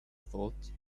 thought